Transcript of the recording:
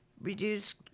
Reduce